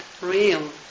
real